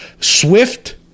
swift